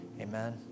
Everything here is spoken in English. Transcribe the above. amen